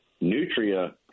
Nutria